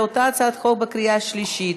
כעת נצביע על אותה הצעת חוק בקריאה השלישית.